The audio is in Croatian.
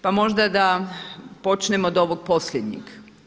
Pa možda da počnemo od ovog posljednjeg.